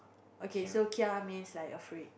okay kia means like afraid